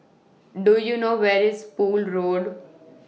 Do YOU know Where IS Poole Road